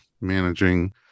managing